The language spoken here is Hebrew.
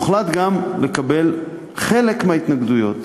הוחלט גם לקבל חלק מההתנגדויות